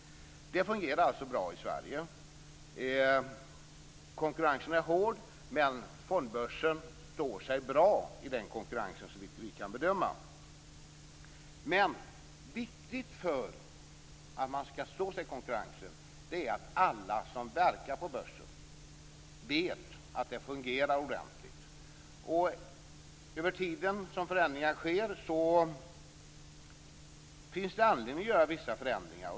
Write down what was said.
Det fungerar bra i Sverige. Konkurrensen är hård, men Fondbörsen står sig, såvitt vi kan bedöma, bra i konkurrensen. Men viktigt för att stå sig i konkurrensen är att alla som verkar på börsen vet att det hela fungerar ordentligt. Över tiden finns det anledning att göra vissa förändringar.